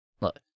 look